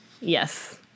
Yes